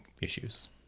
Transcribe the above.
issues